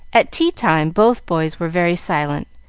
at tea-time both boys were very silent,